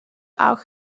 auch